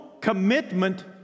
commitment